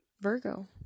Virgo